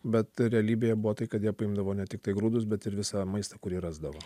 bet realybėje buvo tai kad jie paimdavo ne tiktai grūdus bet ir visą maistą kurį rasdavo